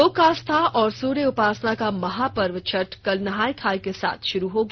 लोक आस्था और सूर्य उपासना का महापर्व छठ कल नहाय खाय के साथ शुरू हो गया